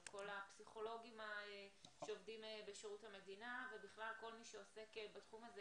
על כל הפסיכולוגים שעובדים בשירות המדינה ובכלל כל מי שעוסק בתחום הזה,